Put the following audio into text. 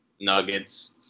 Nuggets